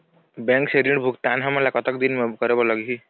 Bank के ऋण भुगतान हमन ला कतक दिन म करे बर लगही?